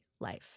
life